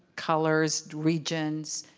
colors, regions,